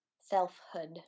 selfhood